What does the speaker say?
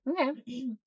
Okay